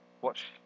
Watch